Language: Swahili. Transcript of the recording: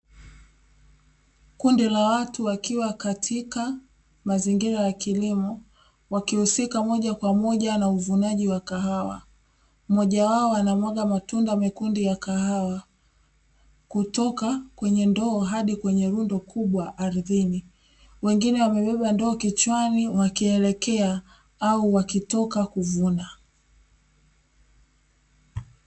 Kundi la watu wakiwa katika mazingira ya kilimo wakihusika moja kwa moja na uvunaji wa kahawa. Mmoja wao anamwaga matunda mekundu ya kahawa kutoka kwenye ndoo hadi kwenye rundo kubwa ardhini wengine wamebeba ndoo kichwani wakielekea au wakitoka kuvuna.